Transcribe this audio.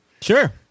Sure